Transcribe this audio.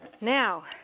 Now